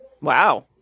Wow